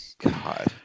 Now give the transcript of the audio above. God